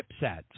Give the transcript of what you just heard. chipsets